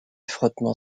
frottement